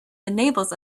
enables